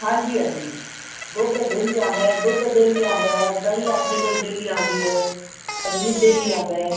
ਹਾਂਜੀ ਹਾਂਜੀ ਦੁੱਧ ਡੇਲੀ ਆਉਂਦਾ ਦੁੱਧ ਡੇਲੀ ਆਉਂਦਾ ਦਹੀਂ ਆਪਣੇ ਕੋਲ ਡੇਲੀ ਆਉਂਦੀ ਐ ਪਨੀਰ ਡੇਲੀ ਆਉਂਦਾ